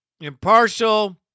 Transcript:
impartial